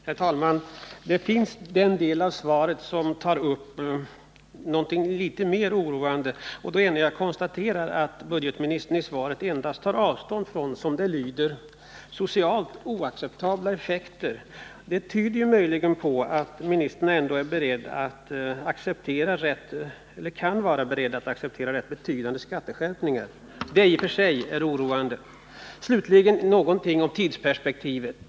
Herr talman! Det finns i svaret en passus som är litet oroande. Jag konstaterar nämligen att budgetministern säger att ändringarna skall ske så att det inte uppstår ”socialt oacceptabla effekter”. Det kan möjligen tolkas så att budgetministern ändå kan vara beredd att acceptera rätt betydande skatteskärpningar, och det är oroande. Jag vill också något beröra tidsperspektivet.